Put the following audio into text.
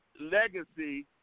legacy